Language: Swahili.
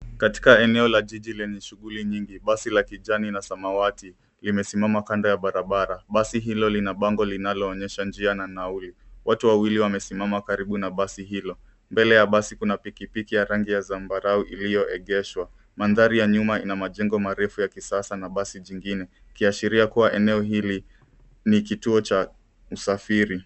Katika eneo la jiji lenye shughuli nyingi, basi la kijani na samawati limesimama kando ya barabara. Basi hilo lina bango linaloonyesha njia na nauli. Watu wawili wamesimama karibu na basi hilo. Mbele ya basi kuna pikipiki ya rangi ya zambarau iliyoegeshwa. Mandhari ya nyuma ina majengo marefu ya kisasa na basi jingine ikiashiria kuwa eneo hili ni kituo cha usafiri.